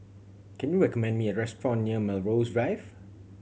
can you recommend me a restaurant near Melrose Drive